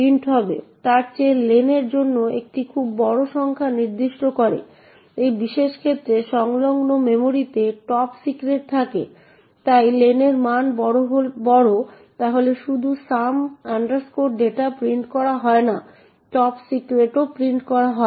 তবে আমরা দেখতে পাচ্ছি যে যখন আমরা এই প্রোগ্রামটি কম্পাইল করে এটি চালাব তখন আমরা গ্লোবাল সিক্রেট ম্যাসেজ পাব